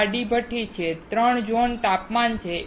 આ આડી ભઠ્ઠીમાં 3 ઝોન તાપમાન છે